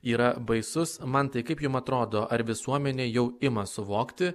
yra baisus mantai kaip jum atrodo ar visuomenė jau ima suvokti